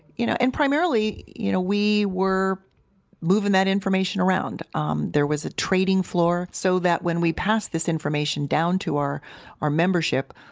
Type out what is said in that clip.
you know and primarily, you know we were moving that information around um there was a trading floor so that when we pass this information down to our our membership,